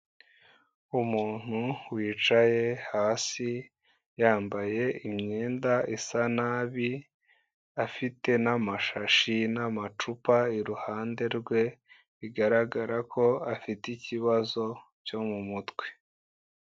Umuntu wicaye hasi yambaye imyenda isa nabi afite n'amashashi n'amacupa iruhande rwe bigaragara ko afite ikibazo cyo mu mutwe.